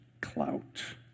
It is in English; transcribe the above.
clout